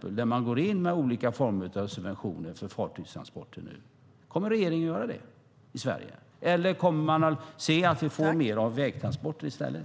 där man nu går in med olika former av subventioner för fartygstransporter? Kommer regeringen att göra det i Sverige, eller kommer vi att se mer av vägtransporter i stället?